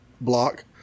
block